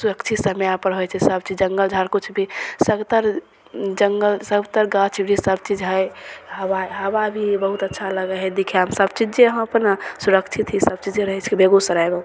सुरक्षित समपर होइ छै सबचीज जङ्गल झाड़ किछु भी सबतरि जङ्गल सबतरि गाछ वृक्ष सबचीज है हवा हवा भी बहुत अच्छा लागय है दिखयमे सबचीजे यहाँपर ने सुरक्षित ही सबचीजे रहय छै बेगूसरायमे